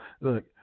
look